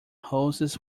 hoses